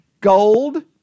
Gold